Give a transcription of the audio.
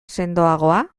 sendoagoa